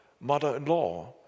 mother-in-law